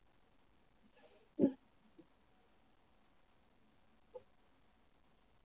mm